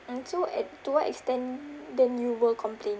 and so at to what extent then you will complain